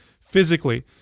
physically